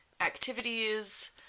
activities